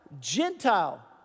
Gentile